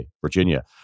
Virginia